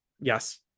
Yes